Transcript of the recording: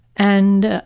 and,